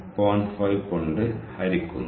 5 കൊണ്ട് ഹരിക്കുന്നു